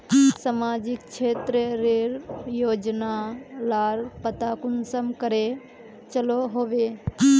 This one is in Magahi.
सामाजिक क्षेत्र रेर योजना लार पता कुंसम करे चलो होबे?